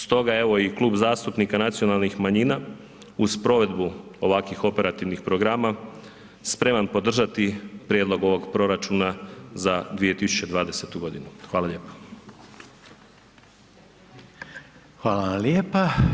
Stoga evo i Klub zastupnika nacionalnih manjina uz provedbu ovakvih operativnih programa sprema podržati prijedlog ovog proračuna za 2020.g. Hvala lijepo.